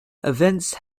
events